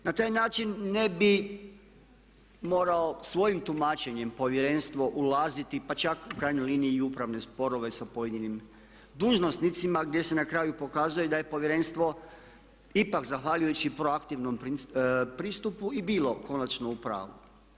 Na taj način ne bi morao svojim tumačenjem Povjerenstvo ulaziti, pa čak u krajnjoj liniji i upravne sporove sa pojedinim dužnosnicima gdje se na kraju pokazuje da je Povjerenstvo ipak zahvaljujući proaktivnom pristupu i bilo konačno u pravu.